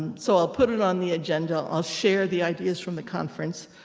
so i'll put it on the agenda. i'll share the ideas from the conference.